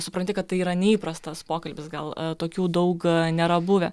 supranti kad tai yra neįprastas pokalbis gal tokių daug nėra buvę